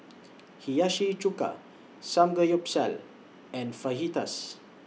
Hiyashi Chuka Samgeyopsal and Fajitas